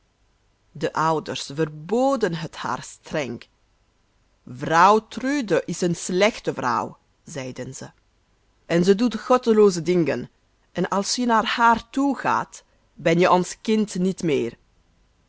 de ouders verboden het haar streng vrouw trude is een slechte vrouw zeiden ze en ze doet goddelooze dingen en als je naar haar toe gaat ben je ons kind niet meer